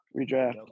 redraft